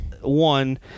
One